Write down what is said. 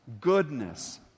goodness